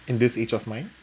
in this age of mine